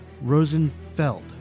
Rosenfeld